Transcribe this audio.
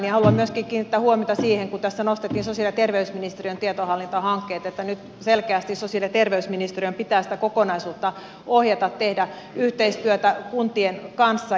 haluan myöskin kiinnittää huomiota siihen kun tässä nostettiin sosiaali ja terveysministeriön tietohallintohankkeet että nyt selkeästi sosiaali ja terveysministeriön pitää sitä kokonaisuutta ohjata tehdä yhteistyötä kuntien kanssa